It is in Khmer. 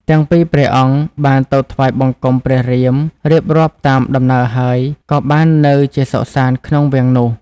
ទាំងពីរព្រះអង្គ បានទៅថ្វាយបង្គំព្រះរៀម រៀបរាប់តាម ដំណើរហើយ ក៏បាននៅជាសុខសាន្តក្នុងវាំងនោះ។